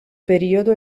periodo